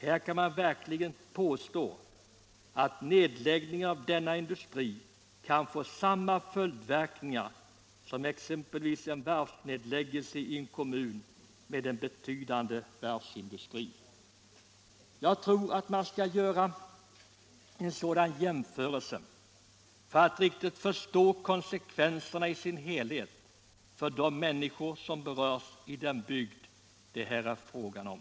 Här kan man verkligen påstå att nedläggningen av denna industri kan få samma följdverkningar som exempelvis en varvsnedläggelse i en kommun med en betydande varvsindustri. Jag tror att man skall göra en sådan jämförelse för att riktigt förstå konsekvenserna i deras helhet för de människor som berörs i den bygd det här är fråga om.